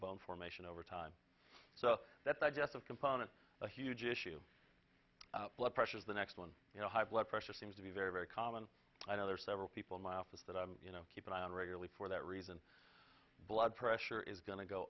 bone formation over time so that the death of component a huge issue blood pressures the next one you know high blood pressure seems to be very very common i know there are several people in my office that i you know keep an eye on regularly for that reason blood pressure is going to go